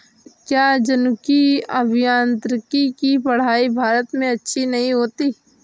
क्या जनुकीय अभियांत्रिकी की पढ़ाई भारत में अच्छी नहीं होती?